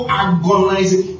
agonizing